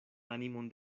animon